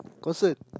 consent